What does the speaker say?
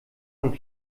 und